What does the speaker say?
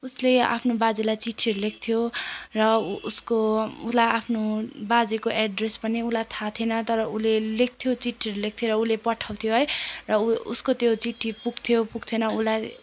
उसले आफ्नो बाजेलाई चिट्ठीहरू लेख्थ्यो र उसको उसलाई आफ्नो बाजेको एड्रेस पनि उसलाई थाहा थिएन तर उसले लेख्थ्यो चिट्ठीहरू लेख्थ्यो र उसले पठाउँथ्यो है र ऊ उसको त्यो चिट्ठी पुग्थ्यो पुग्थेन उसलाई